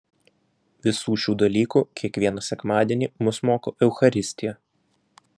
visų šių dalykų kiekvieną sekmadienį mus moko eucharistija